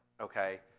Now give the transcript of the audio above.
okay